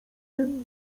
tym